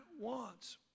wants